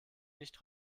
nicht